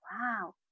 wow